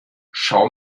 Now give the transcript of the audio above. schau